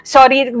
Sorry